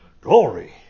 glory